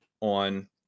on